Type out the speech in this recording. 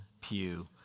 pew